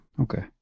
okay